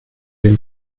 den